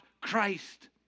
Christ